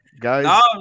Guys